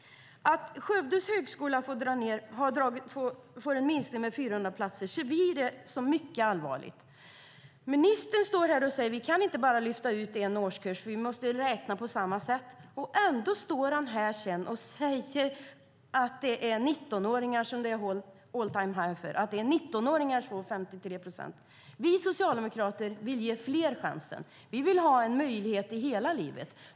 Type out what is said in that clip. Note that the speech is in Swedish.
Vi ser det som mycket allvarligt att Skövdes högskola får en minskning med 400 platser. Ministern står här och säger: Vi kan inte bara lyfta ut en årskurs, för vi måste räkna på samma sätt. Ändå står han sedan här och säger att det är 19-åringar som det är all-time-high för och att det är de som står för 53 procent. Vi socialdemokrater vill ge fler chansen. Vi vill att man ska ha en möjlighet i hela livet.